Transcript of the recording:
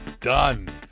done